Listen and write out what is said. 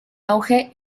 auge